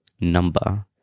number